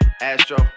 Astro